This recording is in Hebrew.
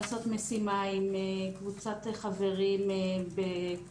לעשות משימה עם קבוצת חברים על סמך משימות אלה ואחרות.